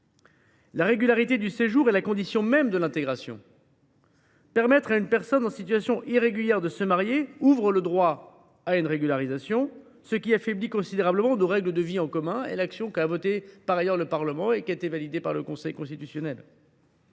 La régularité du séjour est la condition même de l’intégration. Ainsi, permettre à une personne en situation irrégulière de se marier ouvre le droit à une régularisation, ce qui affaiblit considérablement nos règles de vie en commun, ainsi que la loi votée par le Parlement et validée par ailleurs par le Conseil constitutionnel.